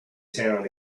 town